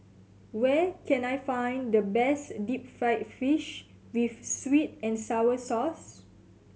where can I find the best deep fried fish with sweet and sour sauce